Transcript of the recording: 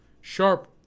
sharp